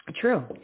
True